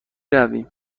رویم